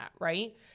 Right